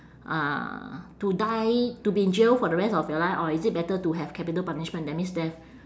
uh to die to be in jail for the rest of your life or is it better to have capital punishment that means death